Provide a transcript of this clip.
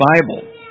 Bible